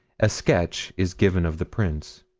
a sketch is given of the prints.